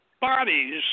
bodies